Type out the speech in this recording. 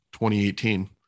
2018